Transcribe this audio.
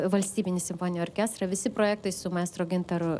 valstybinį simfoninį orkestrą visi projektai su maestro gintaru